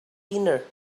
dinner